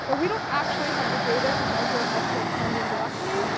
and we don't actually have the data to measure health care spending directly,